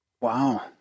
Wow